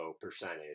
percentage